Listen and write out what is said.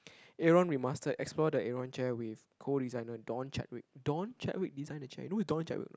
Aeron remaster explore the Aeron chair with co-designer Don Chadwick Don Chadwick design the chair you know who is Don Chadwick or not